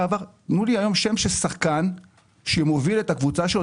תנו לי היום שם של שחקן שמוביל את הקבוצה שלו.